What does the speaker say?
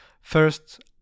first